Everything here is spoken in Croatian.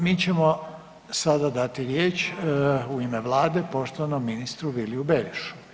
Mi ćemo sada dati riječ u ime Vlade poštovanom ministru Viliu Berošu.